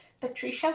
Patricia